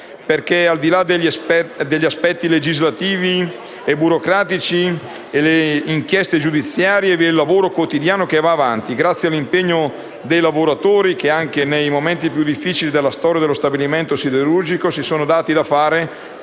perché, al di là degli aspetti legislativi e burocratici e delle inchieste giudiziarie, vi è il lavoro quotidiano che va avanti grazie all'impegno dei lavoratori che, anche nei momenti più difficili della storia dello stabilimento siderurgico, si sono dati da fare